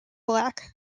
black